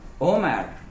Omar